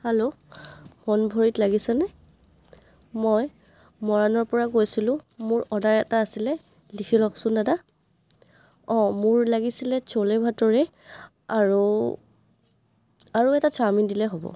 hello মনভৰিত লাগিছেনে মই মৰাণৰ পৰা কৈছিলোঁ মোৰ অৰ্ডাৰ এটা আছিলে লিখি লওকচোন দাদা অঁ মোৰ লাগিছিলে চ'লে ভাটৰে আৰু আৰু এটা চাওমিন দিলে হ'ব